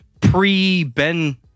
pre-Ben